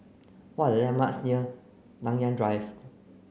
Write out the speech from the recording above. what are the landmarks near Nanyang Drive